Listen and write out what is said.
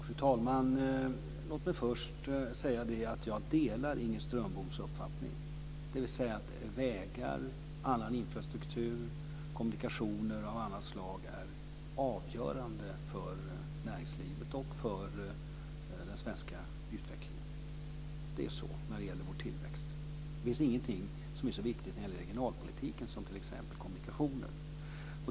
Fru talman! Jag vill först säga att jag delar Inger Strömboms uppfattning, att vägar, annan infrastruktur och kommunikationer av olika slag är avgörande för näringslivet och för den svenska utvecklingen. Så är det när det gäller vår tillväxt. Det finns ingenting som är så viktigt för regionalpolitiken som kommunikationer.